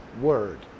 word